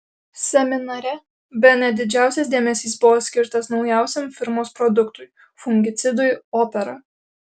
seminare bene didžiausias dėmesys buvo skirtas naujausiam firmos produktui fungicidui opera